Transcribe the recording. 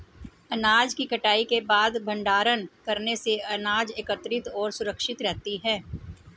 अनाज की कटाई के बाद भंडारण करने से अनाज एकत्रितऔर सुरक्षित रहती है